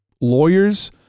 lawyers